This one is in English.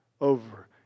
over